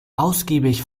ausgiebig